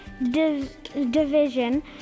division